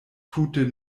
tute